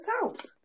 house